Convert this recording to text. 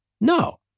No